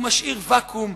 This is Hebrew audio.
הוא משאיר ואקום,